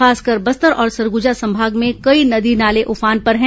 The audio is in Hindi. खासकर बस्तर और सरगुजा संभाग में कई नदी नाले उफान पर हैं